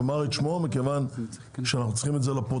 אנחנו צריכים את זה לפרוטוקול.